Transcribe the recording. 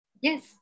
Yes